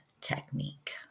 technique